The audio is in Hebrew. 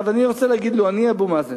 עכשיו אני רוצה להגיד, לו אני אבו מאזן,